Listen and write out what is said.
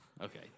Okay